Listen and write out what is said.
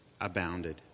abounded